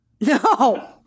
No